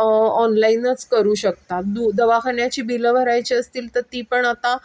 ऑनलाईनच करू शकता दु दवाखान्याची बिलं भरायची असतील तर ती पण आता